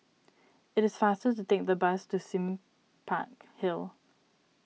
it is faster to take the bus to Sime Park Hill